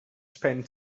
spend